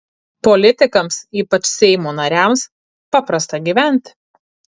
politikams ypač seimo nariams paprasta gyventi